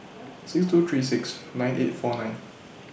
six two three six nine eight four nine